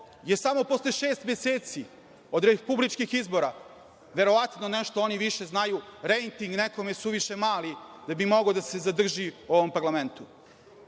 je samo posle šest meseci od republičkih izbora, verovatno oni nešto više znaju, rejting nekome suviše mali da bi mogao da se zadrži u ovom parlamentu. Dok